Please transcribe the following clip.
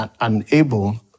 unable